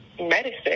medicine